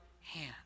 hand